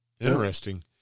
Interesting